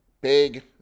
big